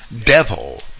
devil